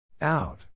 Out